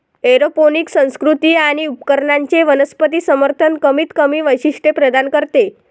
aeroponic संस्कृती आणि उपकरणांचे वनस्पती समर्थन कमीतकमी वैशिष्ट्ये प्रदान करते